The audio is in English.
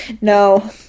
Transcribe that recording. No